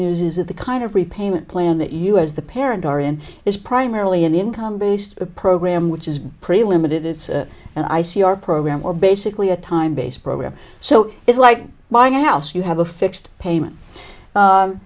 news is that the kind of repayment plan that you as the parent are in is primarily an income based program which is pretty limited it's and i see your program where basically a time based program so it's like buying a house you have a fixed payment